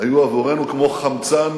היו עבורנו כמו חמצן